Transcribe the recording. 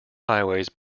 highways